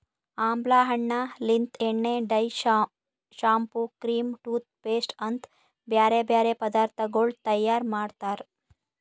ಆಮ್ಲಾ ಹಣ್ಣ ಲಿಂತ್ ಎಣ್ಣೆ, dye, shampoo, cream, toothpaste ಅಂತ್ ಬ್ಯಾರೆ ಬ್ಯಾರೆ ಪದಾರ್ಥಗೊಳ್ ತೈಯಾರ್ ಮಾಡ್ತಾರ್